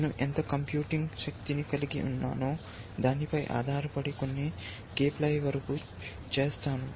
నేను ఎంత కంప్యూటింగ్ శక్తిని కలిగి ఉన్నా నో దానిపై ఆధారపడి కొన్ని k పై వరకు చేస్తాను